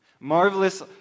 Marvelous